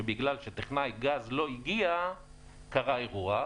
שבגלל שטכנאי גז לא הגיע קרה האירוע.